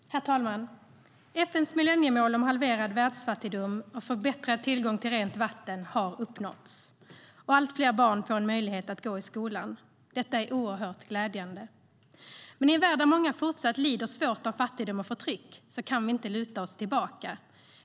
Herr talman! FN:s millenniemål om halverad världsfattigdom och förbättrad tillgång till rent vatten har uppnåtts. Och allt fler barn får en möjlighet att gå i skolan. Detta är oerhört glädjande. Men i en värld där många fortsatt lider svårt av fattigdom och förtryck kan vi inte luta oss tillbaka.